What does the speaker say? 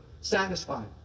satisfied